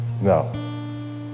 No